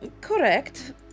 Correct